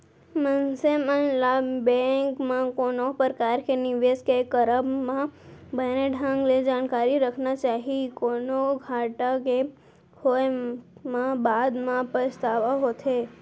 मनसे मन ल बेंक म कोनो परकार के निवेस के करब म बने ढंग ले जानकारी रखना चाही, कोनो घाटा के होय म बाद म पछतावा होथे